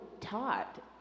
taught